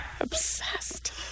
Obsessed